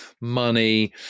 money